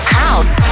house